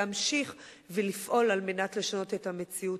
להמשיך ולפעול על מנת לשנות את המציאות.